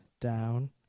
down